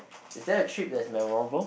is that a trip that memorable